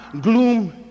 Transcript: gloom